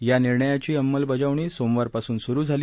या निर्णयाची अंमलबजावणी सोमवारपासून स्रु झाली